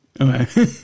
Okay